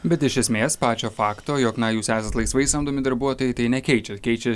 bet iš esmės pačio fakto jog na jūs esat laisvai samdomi darbuotojai tai nekeičia keičia